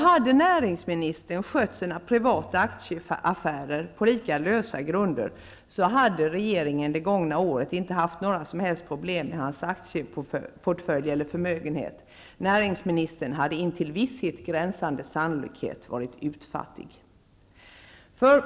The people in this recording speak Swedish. Om näringsministern hade skött sina privata aktieaffärer på lika lösa grunder, hade regeringen under det gångna året inte haft några som helst problem med hans aktieportfölj eller förmögenhet. Näringsministern hade intill visshet gränsande sannolikhet varit utfattig.